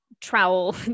trowel